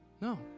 No